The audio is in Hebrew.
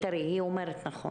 היא אומרת שזה נכון